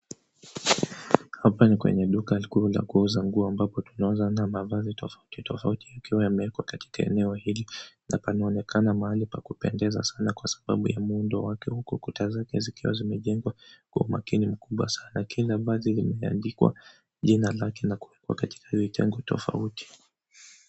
Hapa ni kwenye duka kuu la kuuza nguo ambapo tunaweza ona mavazi tofautitofauti, yakiwa yamewekwa katika eneo hili na panaonekana mahali pa kupendeza sana kwa sababu ya muundo wake, huku kuta zake zikiwa zimejengwa kwa umakini mkubwa sana. Kila vazi limeandikwa jina lake na kuwekwa katika vitengo tofauti.